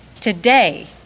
Today